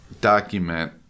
document